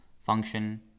function